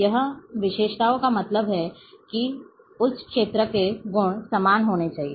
यहां विशेषताओं का मतलब है कि उस क्षेत्र के गुण समान होना चाहिए